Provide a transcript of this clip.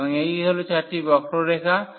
সুতরাং এই হল চারটি বক্ররেখা